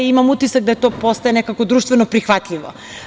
Imam utisak da to postaje nekako društveno prihvatljivo.